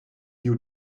you